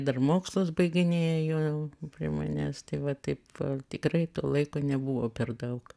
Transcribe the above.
dar mokslus baiginėjo prie manęs tai va taip va tikrai to laiko nebuvo per daug